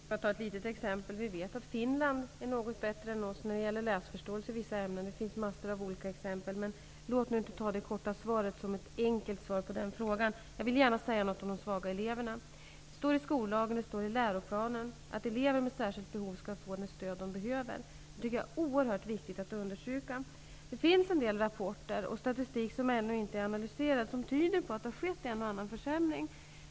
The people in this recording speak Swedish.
Herr talman! Jag tar ett litet exempel. Vi vet att Finland är något bättre än vi när det gäller läsförståelse i vissa ämnen. Det finns mängder av olika exempel. Men ta nu inte det korta svaret som ett enkelt svar på den frågan! Jag vill gärna säga något om de svaga eleverna. Det står i skollagen och i läroplanen att elever med särskilda behov skall få det stöd de behöver. Det tycker jag är oerhört viktigt att understryka. Det finns en del rapporter och statistik, som ännu inte har analyserats, som tyder på att det har skett en och annan försämring.